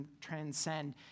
transcend